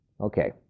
Okay